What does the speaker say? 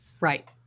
Right